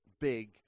big